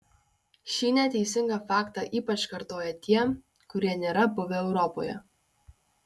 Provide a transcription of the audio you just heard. šį neteisingą faktą ypač kartoja tie kurie nėra buvę europoje